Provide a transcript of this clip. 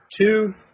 two